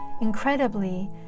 Incredibly